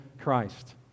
Christ